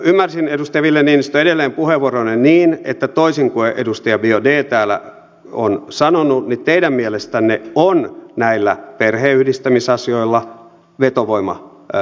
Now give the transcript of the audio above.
ymmärsin edustaja villi niinistö edelleen puheenvuoronne niin että toisin kuin edustaja biaudetn mielestä kuten hän täällä on sanonut teidän mielestänne on näillä perheenyhdistämisasioilla vetovoimamerkitystä